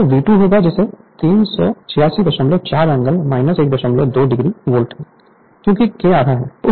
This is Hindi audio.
तो V2 होगा जिसे 3864 एंगल 12 डिग्री वोल्ट क्योंकि K आधा है